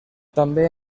també